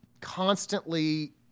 constantly